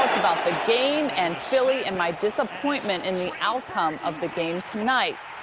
about the game and philly and my disappointment in the outcome of the game tonight.